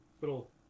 little